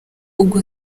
ubwo